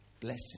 Blessing